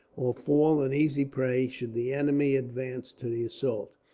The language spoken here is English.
or fall an easy prey should the enemy advance to the assault.